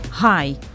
Hi